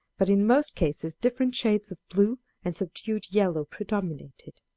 but in most cases different shades of blue and subdued yellow predominated.